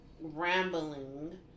rambling